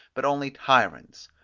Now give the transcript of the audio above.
but only tyrants.